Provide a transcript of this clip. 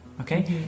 Okay